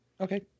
Okay